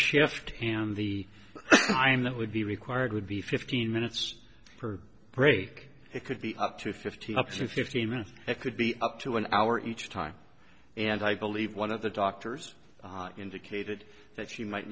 shift and the time that would be required would be fifteen minutes per break it could be up to fifteen up to fifteen minutes it could be up to an hour each time and i believe one of the doctors indicated that she might